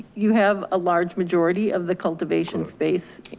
you have a large majority of the cultivation space.